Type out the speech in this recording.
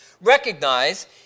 Recognize